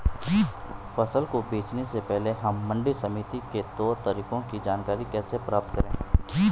फसल को बेचने से पहले हम मंडी समिति के तौर तरीकों की जानकारी कैसे प्राप्त करें?